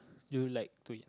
you like to eat